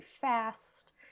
fast